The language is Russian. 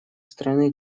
страны